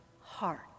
heart